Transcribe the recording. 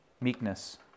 meekness